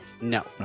No